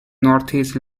northeast